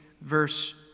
verse